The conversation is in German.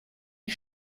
wie